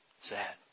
Sad